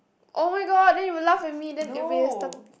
oh-my-god then you will laugh at me then it will be sta~